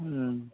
ᱦᱩ